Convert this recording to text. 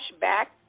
back